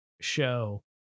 show